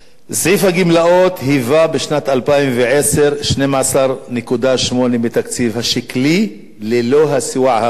"סעיף הגמלאות היווה בשנת 2010 12.8% מהתקציב השקלי ללא הסיוע האמריקני,